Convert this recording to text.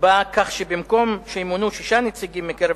מציע שבמקום שימונו שישה נציגים מקרב